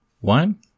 one